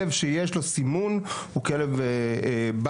כלב שיש לו סימון הוא כלב בית,